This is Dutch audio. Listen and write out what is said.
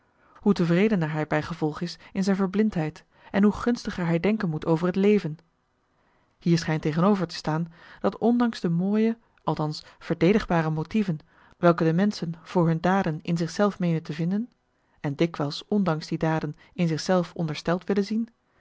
hoe tevredener hij bijgevolg is in zijn verblindheid en hoe gunstiger hij denken moet over het leven hier schijnt tegenover te staan dat ondanks de mooie althans verdedigbare motieven welke de menschen voor hun daden in zich zelf meenen te vinden en dikwijls ondanks die daden in zich zelf ondersteld willen zien